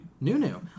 New-new